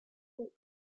weight